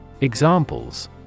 Examples